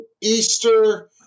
Easter